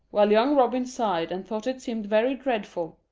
while young robin sighed and thought it seemed very dreadful